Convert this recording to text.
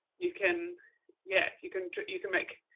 you can yeah, you can, you can make,